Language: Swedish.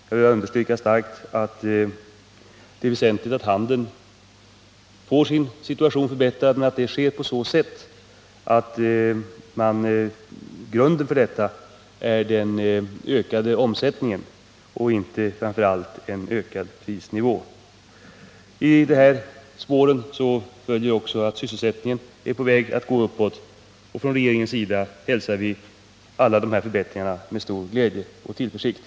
Jag vill starkt understryka att det är väsentligt att handeln får sin situation förbättrad, men att detta sker genom en ökad omsättning och inte framför allt genom en ökad prisnivå. I det här spåret följer att även sysselsättningen är på väg att öka. Och från regeringens sida hälsar vi alla dessa förbättringar med stor glädje och tillförsikt.